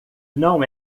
não